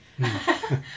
mm !huh!